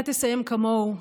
אתה תסיים כמוהו,